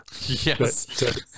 yes